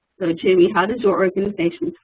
jimmy, how does your organization